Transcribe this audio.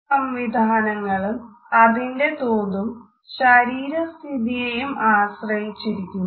ഈ സംവിധാനങ്ങളും അതിന്റെ തോതും ശരീര സ്ഥിതിയെയും ആശ്രയിച്ചിരിക്കുന്നു